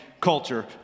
culture